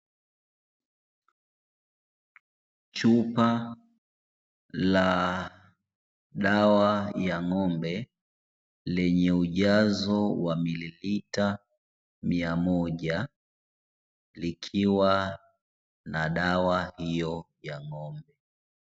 Chupa la dawa ya ng'ombe lenye ujazo wa mililita mia moja, likiwa na dawa hiyo ya ng'ombe.